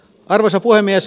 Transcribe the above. arvoisa puhemies